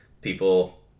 people